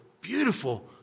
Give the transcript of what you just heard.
beautiful